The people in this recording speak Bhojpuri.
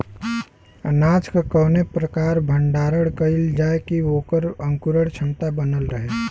अनाज क कवने प्रकार भण्डारण कइल जाय कि वोकर अंकुरण क्षमता बनल रहे?